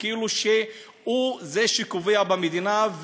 וכאילו הוא זה שקובע במדינה,